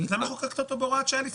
--- אז למה חוקקת אותו כהוראת שעה?